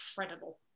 incredible